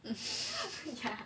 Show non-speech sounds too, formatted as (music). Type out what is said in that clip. (laughs)